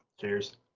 Cheers